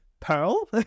Pearl